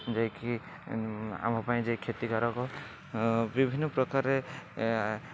ଯିଏକି ଆମପାଇଁ ଯିଏ କ୍ଷତିକାରକ ବିଭିନ୍ନ ପ୍ରକାରରେ